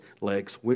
legs